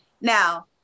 now